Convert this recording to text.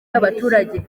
y’abaturage